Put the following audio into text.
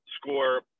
score